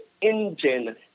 engine